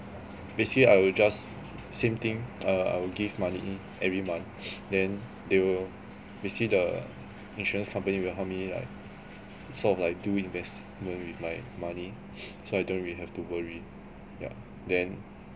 basically I'll just same thing err I'll give money every month then they will basically the insurance company will help me like sort of like do investment with my money so I don't really have to worry yeah then